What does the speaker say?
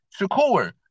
Shakur